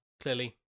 clearly